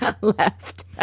left